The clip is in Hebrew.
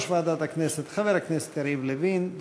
ועדת הכנסת חבר הכנסת יריב לוין.